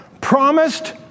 promised